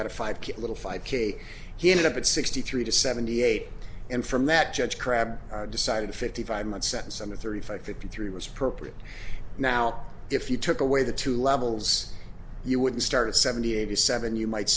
got a five cute little five k he ended up at sixty three to seventy eight and from that judge crabbe decided fifty five month sentence and the thirty five fifty three was appropriate now if you took away the two levels you wouldn't start at seventy eighty seven you might